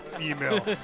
email